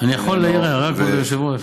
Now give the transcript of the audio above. אני יכול להעיר הערה, כבוד היושב-ראש?